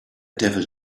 devil